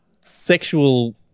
sexual